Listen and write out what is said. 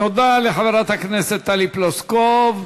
תודה לחברת הכנסת טלי פלוסקוב.